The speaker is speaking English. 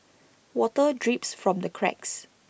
water drips from the cracks